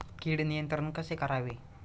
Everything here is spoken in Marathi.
कीड नियंत्रण कसे करावे?